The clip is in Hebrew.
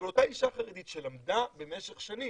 אבל אותה אישה חרדית שלמה במשך שנים,